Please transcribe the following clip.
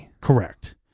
Correct